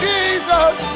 Jesus